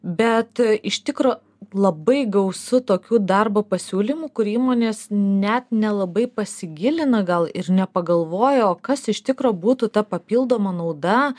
bet iš tikro labai gausu tokių darbo pasiūlymų kur įmonės net nelabai pasigilina gal ir nepagalvoja o kas iš tikro būtų ta papildoma nauda